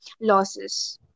Losses